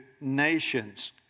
Nations